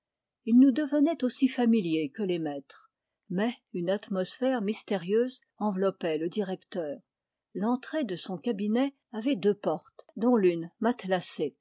il nous devenait aussi familier que les maîtres mais une atmosphère mystérieuse enveloppait le directeur l'entrée de son cabinet avait deux portes dont l'une